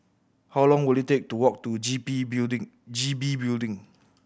how long will it take to walk to G B Building G B Building